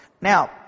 Now